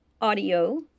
audio